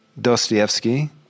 Dostoevsky